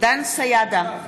דן סידה,